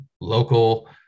local